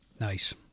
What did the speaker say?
Nice